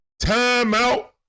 Timeout